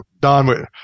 Don